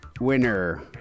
winner